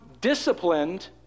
disciplined